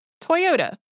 Toyota